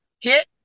hit